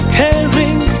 caring